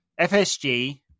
FSG